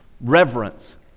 reverence